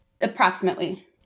Approximately